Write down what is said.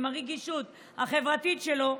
עם הרגישות החברתית שלו,